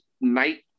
night